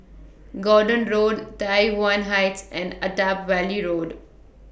Gordon Road Tai one Heights and Attap Valley Road